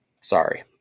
sorry